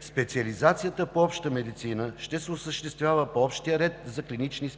Специализацията по „Обща медицина“ ще се осъществява по общия ред за клинични